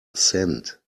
cent